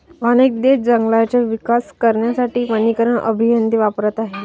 अनेक देश जंगलांचा विकास करण्यासाठी वनीकरण अभियंते वापरत आहेत